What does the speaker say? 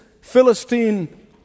Philistine